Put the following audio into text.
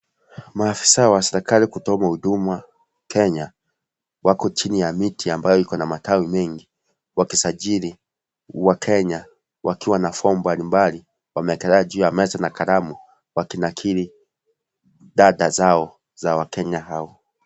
Maafisa wa serikali kutoka Huduma Kenya, wako chini ya miti ambayo iko na matawi mengi, wakisajili, wakenya, wakiwa na foam mbalimbali, wamewekelea juu ya meza na kalamu, wakinakili, data zao, za wakenya hao.